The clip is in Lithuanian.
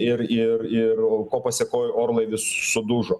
ir ir ir ko pasėkoj orlaivis sudužo